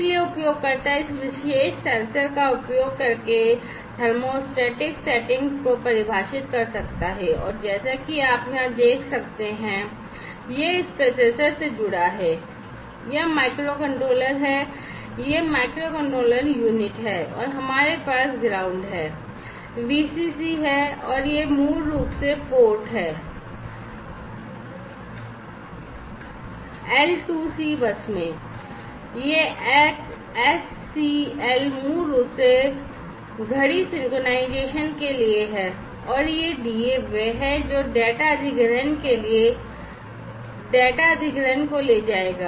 इसलिए उपयोगकर्ता इस विशेष सेंसर का उपयोग करके थर्मास्टाटिक के लिए है और यह DA वह है जो डेटा अधिग्रहण के लिए डेटा अधिग्रहण को ले जाएगा